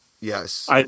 Yes